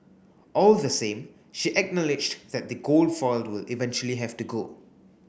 all the same she acknowledged that the gold foil will eventually have to go